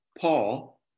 Paul